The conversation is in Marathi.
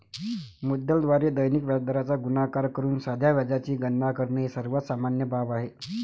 मुद्दलाद्वारे दैनिक व्याजदराचा गुणाकार करून साध्या व्याजाची गणना करणे ही सर्वात सामान्य बाब आहे